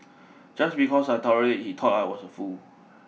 just because I tolerate he thought I was a fool